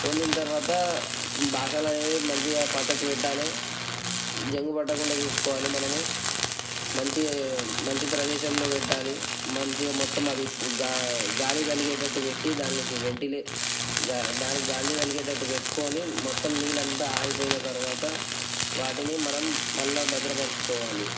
తోమిన తర్వాత బాసనలు అనేవి మంచిగా పక్కకు పెట్టాలి జంగు పెట్టకుండా చూసుకోవాలి మనము మంచి మంచి ప్రదేశంలో పెట్టాలి మంచిగా మొత్తం అది గాలి గాలి తగిలేటట్టుగా పెట్టి దానిలోకి వెంటీలే దానికి గాలి తగిలేటట్టు పెట్టుకొని మొత్తం నీళ్ళంతా ఆరిపోయిన తర్వాత వాటిని మనం మళ్ళా భద్రపరుచుకోవాలి